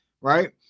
right